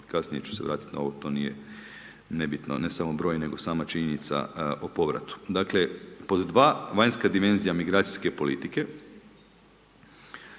kasnije ću se vratiti na ovo, to nije nebitno, ne samo broj, nego sama činjenica o povratu. Dakle pod dva, vanjska dimenzija migracijske politike.